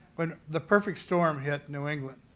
but the perfect storm hit new england.